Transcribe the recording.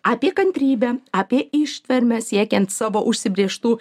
apie kantrybę apie ištvermę siekiant savo užsibrėžtų